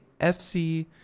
FC